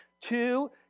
Two